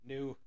New